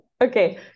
Okay